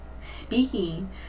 speaking